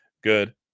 good